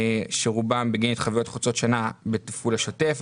שרובם בגין התחייבויות חוצות שנה בתפעול השוטף,